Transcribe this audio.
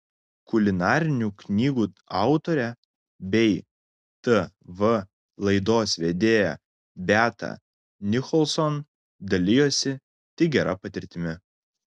kulinarinių knygų autorė bei tv laidos vedėja beata nicholson dalijosi tik gera patirtimi